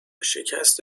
شکست